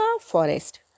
forest